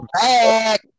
back